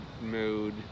mood